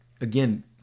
again